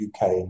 UK